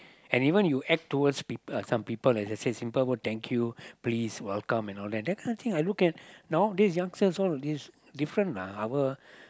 and even you act towards people some people as like I say simple word thank you please welcome and all that that kind of thing I look at nowadays youngsters all these different lah our